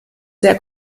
sehr